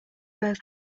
both